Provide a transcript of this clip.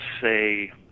say